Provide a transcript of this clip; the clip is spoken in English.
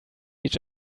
each